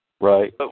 Right